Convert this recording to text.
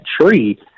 tree